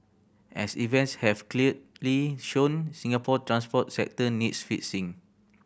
as events have clearly shown Singapore transport sector needs fixing